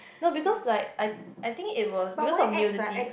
no because like I I think it was because of nudity